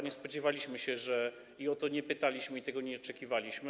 Nie spodziewaliśmy się tego i o to nie pytaliśmy, i tego nie oczekiwaliśmy.